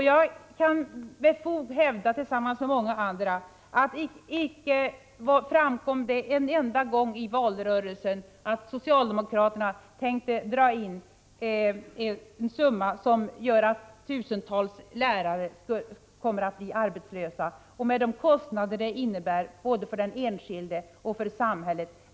Jag kan med fog hävda, tillsammans med många andra, att det icke framkom en enda gång i valrörelsen att socialdemokraterna tänkte dra in en summa som innebär att tusentals lärare kommer att bli arbetslösa, med de kostnader det medför både för den enskilde och för samhället.